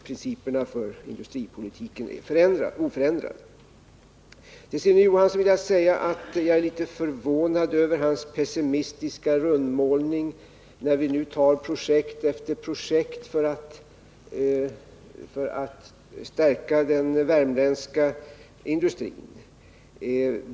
Principerna för industripolitiken är oförändrade. Till Sune Johansson vill jag säga att jag är litet förvånad över hans . pessimistiska rundmålning, när vi nu satsar på projekt efter projekt för att stärka den värmländska industrin.